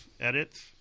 edits